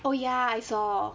oh ya I saw